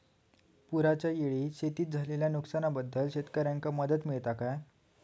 पुराच्यायेळी शेतीत झालेल्या नुकसनाबद्दल शेतकऱ्यांका मदत मिळता काय?